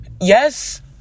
yes